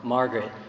Margaret